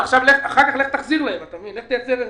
אחר כך לך תחזיר להם, לך תייצר החזרים.